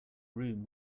room